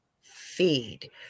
feed